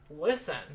listen